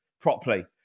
properly